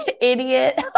idiot